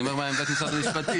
אני אומר מה עמדת משרד המשפטים.